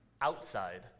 outside